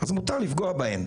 אז מותר לפגוע בהן.